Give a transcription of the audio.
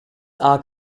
are